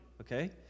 okay